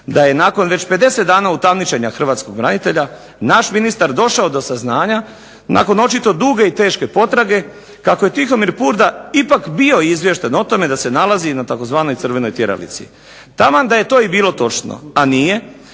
da je nakon već 50 dana utamničenja hrvatskog branitelja naš ministar došao do saznanja, nakon očito duge i teške potrage, kako je Tihomir Purda ipak bio izvješten o tome da se nalazi na tzv. crvenoj tjeralici. Taman da je to i bilo točno, a nije,